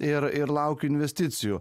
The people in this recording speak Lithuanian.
ir ir laukiu investicijų